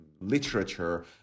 literature